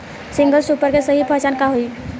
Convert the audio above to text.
Single super के सही पहचान का हई?